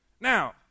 Now